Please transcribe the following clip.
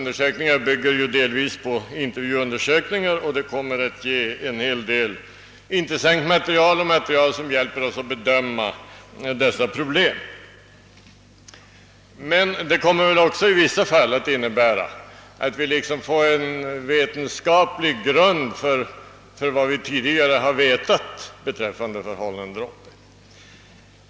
De bygger delvis på intervjuundersökningar, och dessa kommer att ge en hel del intressant material som hjälper oss att bedöma dessa problem. Men det kommer väl också i vissa fall att innebära att vi liksom får en vetenskaplig grund för vad vi tidigare har vetat beträffande förhållandena där uppe.